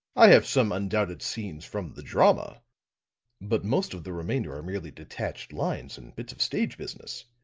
i have some undoubted scenes from the drama but most of the remainder are merely detached lines and bits of stage business.